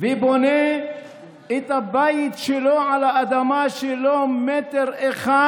ובונה את הבית שלו על האדמה שלו מטר אחד